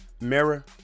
Mirror